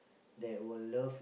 that will love